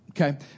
Okay